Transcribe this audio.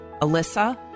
Alyssa